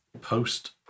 post